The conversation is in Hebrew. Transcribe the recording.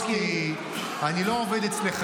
לאומי?